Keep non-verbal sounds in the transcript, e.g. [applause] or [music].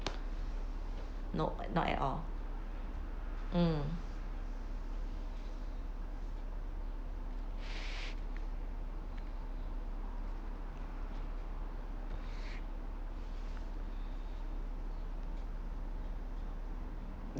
no not at all mm [breath]